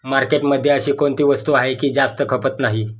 मार्केटमध्ये अशी कोणती वस्तू आहे की जास्त खपत नाही?